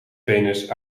venus